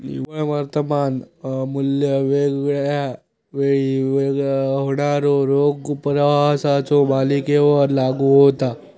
निव्वळ वर्तमान मू्ल्य वेगवेगळा वेळी होणाऱ्यो रोख प्रवाहाच्यो मालिकेवर लागू होता